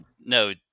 no